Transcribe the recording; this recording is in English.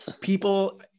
people